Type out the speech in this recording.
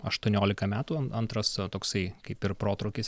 aštuoniolika metų antras toksai kaip ir protrūkis